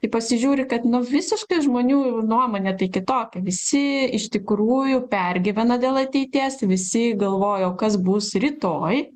kai pasižiūri kad nu visiškai žmonių nuomonė tai kitokia visi iš tikrųjų pergyvena dėl ateities visi galvojo kas bus rytoj